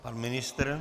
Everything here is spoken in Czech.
Pan ministr?